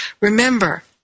Remember